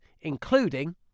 including